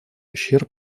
ущерб